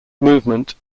movement